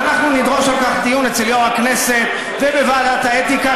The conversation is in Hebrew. ואנחנו נדרוש על כך דיון אצל יושב-ראש הכנסת ובוועדת האתיקה,